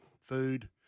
food